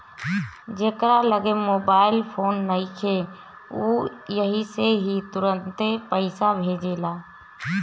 जेकरा लगे mobile phone नइखे उ अइसे ही तुरंते पईसा भेजेला